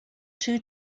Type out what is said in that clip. two